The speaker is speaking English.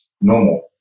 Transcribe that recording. normal